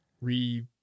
Re